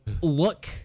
Look